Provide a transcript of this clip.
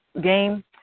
game